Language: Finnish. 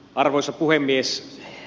arvoisa puhemies